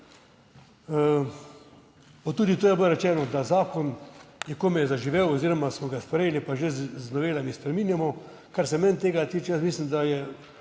Pa tudi to je bilo rečeno, da zakon je komaj zaživel oziroma smo ga sprejeli, pa že z novelami spreminjamo. Kar se meni tega tiče,